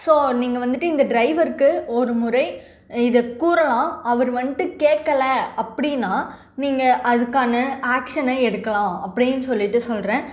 so நீங்கள் வந்துவிட்டு இந்த டிரைவருக்கு ஒரு முறை இதை கூறலாம் அவர் வந்துட்டு கேட்கல அப்படின்னா நீங்கள் அதுக்கான ஆஷனை எடுக்கலாம் அப்படின்னு சொல்லிவிட்டு சொல்லுறேன்